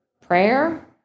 Prayer